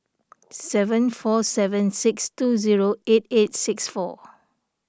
seven four seven six two zero eight eight six four